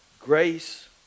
grace